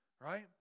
right